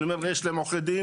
יש להם עורכי דין